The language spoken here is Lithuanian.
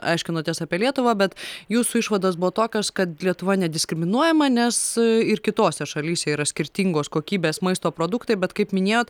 aiškinotės apie lietuvą bet jūsų išvados buvo tokios kad lietuva nediskriminuojama nes ir kitose šalyse yra skirtingos kokybės maisto produktai bet kaip minėjot